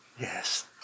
Yes